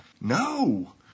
No